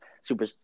super